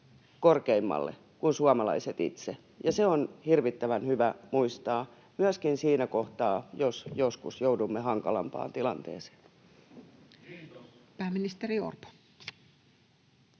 korkeammalle kuin suomalaiset itse, ja se on hirvittävän hyvä muistaa myöskin siinä kohtaa, jos joskus joudumme hankalampaan tilanteeseen. Pääministeri Orpo.